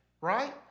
right